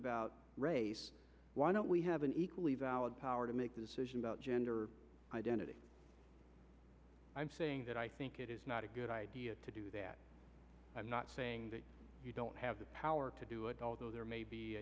about race why don't we have an equally valid power to make the decision about gender identity i'm saying that i think it is not a good idea to do that i'm not saying you don't have the power to do it although there may b